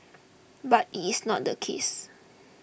but it's not the case